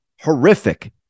horrific